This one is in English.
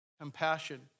compassion